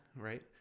right